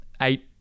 eight